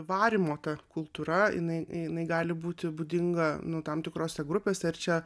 varymo ta kultūra jinai jinai gali būti būdinga nu tam tikrose grupėse ir čia